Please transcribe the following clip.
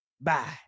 Bye